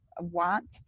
want